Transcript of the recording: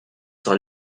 sur